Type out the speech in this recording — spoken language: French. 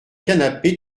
canapé